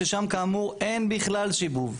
ששם כאמור אין בכלל שיבוב.